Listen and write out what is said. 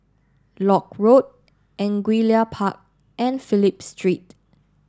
Lock Road Angullia Park and Phillip Street